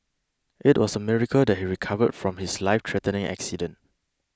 it was a miracle that he recovered from his lifethreatening accident